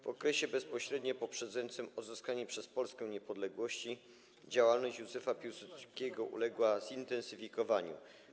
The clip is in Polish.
W okresie bezpośrednio poprzedzającym odzyskanie przez Polskę niepodległości działalność Józefa Piłsudskiego uległa zintensyfikowaniu.